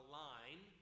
line